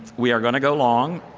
we are going to go long,